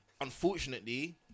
unfortunately